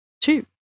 two